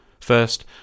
First